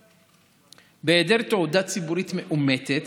בהיעדר תעודה ציבורית מאומתת